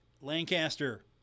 Lancaster